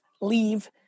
leave